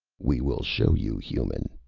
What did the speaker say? we will show you, human,